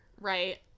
right